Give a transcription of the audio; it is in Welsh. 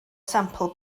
sampl